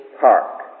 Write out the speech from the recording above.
park